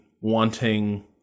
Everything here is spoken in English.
wanting